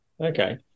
Okay